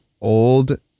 old